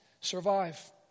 survive